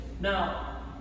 Now